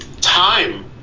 Time